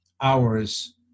hours